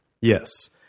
Yes